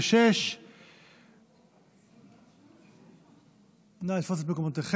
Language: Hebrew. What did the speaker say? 146). נא לתפוס את מקומותיכם.